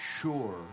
sure